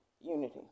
unity